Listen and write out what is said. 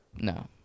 No